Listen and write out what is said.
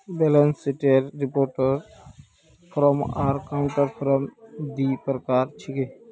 balance शीटेर report form आर account form दी प्रकार छिके